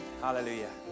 hallelujah